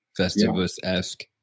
Festivus-esque